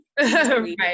Right